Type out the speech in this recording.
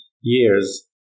years